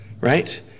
right